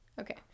Okay